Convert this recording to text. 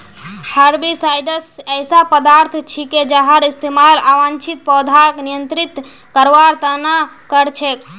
herbicides ऐसा पदार्थ छिके जहार इस्तमाल अवांछित पौधाक नियंत्रित करवार त न कर छेक